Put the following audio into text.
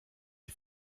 die